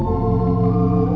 or